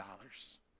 dollars